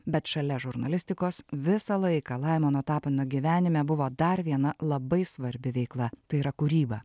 bet šalia žurnalistikos visą laiką laimono tapino gyvenime buvo dar viena labai svarbi veikla tai yra kūryba